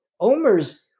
Omer's